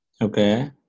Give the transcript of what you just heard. Okay